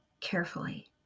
carefully